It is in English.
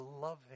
loving